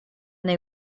they